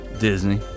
Disney